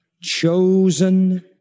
chosen